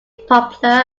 popular